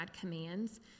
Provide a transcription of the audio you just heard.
commands